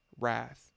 wrath